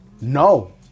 No